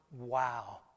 Wow